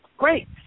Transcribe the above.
Great